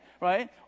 right